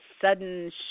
sudden